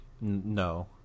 no